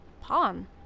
Pawn